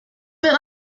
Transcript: been